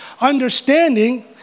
understanding